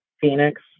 Phoenix